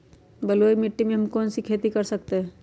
बलुई मिट्टी में हम कौन कौन सी खेती कर सकते हैँ?